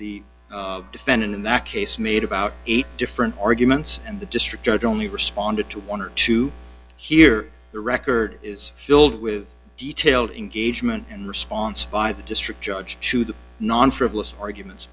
believe the defendant in that case made about eight different arguments and the district judge only responded to one or two here the record is filled with detailed in gauge mn and response by the district judge to the non frivolous arguments